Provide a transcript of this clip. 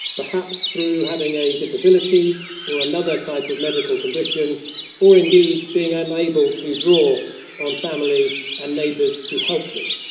perhaps through having a disability or another type of medical condition or indeed being unable to draw on family and neighbours to help them.